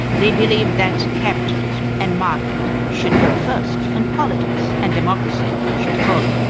they believed that capitalism and market should go first, and politics and democracy should follow.